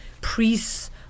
priests